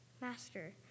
Master